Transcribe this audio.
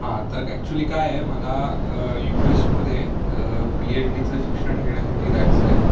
हा तर ॲक्च्युली काय आहे मला यू एसमधे पीएच डीचं शिक्षण घेण्यासाठी जायचं आहे